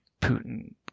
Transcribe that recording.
Putin